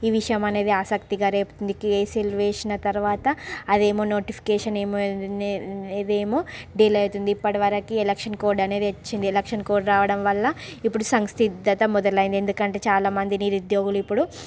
ఈ విషయం అనేది ఆసక్తిగా రేపుతోంది కేసులు వేసిన తర్వాత అదేమో నోటిఫికేషన్ ఏమో ఏమో ఇదేమో డిలే అవుతుంది ఇప్పటి వరకు ఎలక్షన్ కోడ్ అనేది వచ్చింది ఎలక్షన్ కోడ్ రావడం వల్ల ఇప్పుడు సంసిద్ధత మొదలైంది ఎందుకంటే చాలా మంది నిరుద్యోగులు ఇప్పుడు